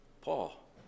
Paul